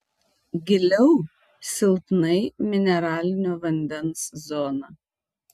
giliau silpnai mineralinio vandens zona